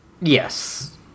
Yes